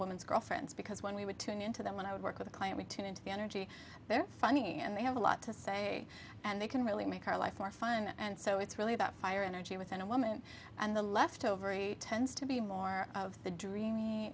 woman's girlfriends because when we would tune into that one i would work with a client we tune into the energy they're funny and they have a lot to say and they can really make our life more fun and so it's really about fire energy within a woman and the left ovary tends to be more of the dreamy